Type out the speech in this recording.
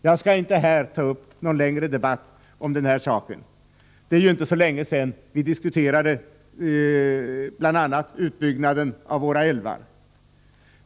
Jag skall inte här ta upp någon längre debatt om denna sak — det är inte så länge sedan vi diskuterade bl.a. utbyggnaden av våra älvar.